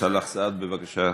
סאלח סעד, בבקשה.